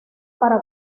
para